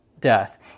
death